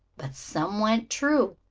but some went true,